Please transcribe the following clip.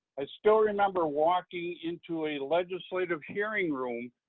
i still remember walking into a legislative hearing room,